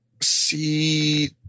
See